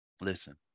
listen